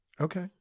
Okay